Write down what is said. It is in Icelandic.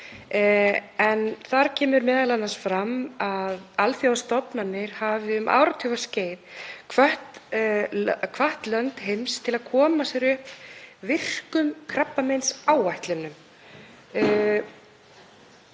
um. Þar kemur m.a. fram að alþjóðastofnanir hafa um áratugaskeið hvatt lönd heims til að koma sér upp virkum krabbameinsáætlunum,